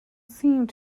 seemed